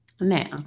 Now